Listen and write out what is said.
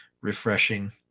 refreshing